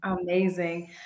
Amazing